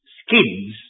skins